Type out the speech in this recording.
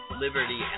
liberty